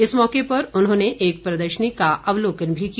इस मौके पर उन्होंने एक प्रदर्शनी का अवलोकन भी किया